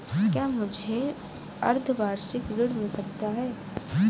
क्या मुझे अर्धवार्षिक ऋण मिल सकता है?